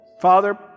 Father